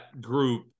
group